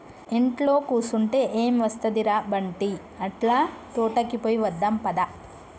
ఇంట్లో కుసంటే ఎం ఒస్తది ర బంటీ, అట్లా తోటకి పోయి వద్దాం పద